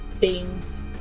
beans